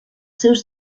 seus